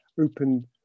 Open